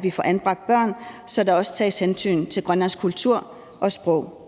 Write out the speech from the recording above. vi anbringer børn, så der også tages hensyn til grønlandsk kultur og sprog.